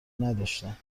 نداشتم